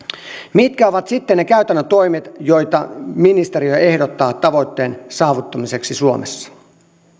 mitkä ovat sitten ne käytännön toimet joita ministeriö ehdottaa tavoitteen saavuttamiseksi suomessa